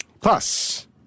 Plus